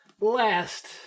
last